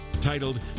titled